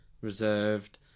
reserved